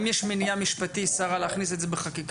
האם יש מניעה משפטית, שרה, להכניס את זה בחקיקה?